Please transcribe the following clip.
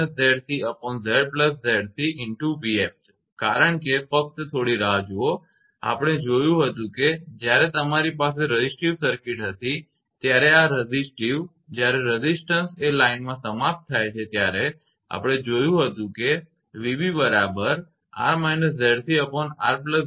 𝑣𝑓 છે કારણ કે ફક્ત થોડી રાહ જુઓ આપણે જોયુ હતું કે જ્યારે તમારી પાસે રેઝિસ્ટિવ સર્કિટ હતી ત્યારે આ રેઝિસ્ટિવજ્યારે રેઝિસ્ટન્સ એ લાઇનમાં સમાપ્ત થાય છે ત્યારે આપણે જોયું હતુ કે 𝑣𝑏 બરાબર 𝑅−𝑍𝑐𝑅𝑍𝑐